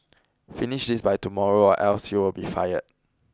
finish this by tomorrow or else you'll be fired